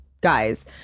guys